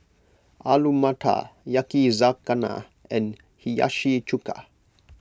Alu Matar Yakizakana and Hiyashi Chuka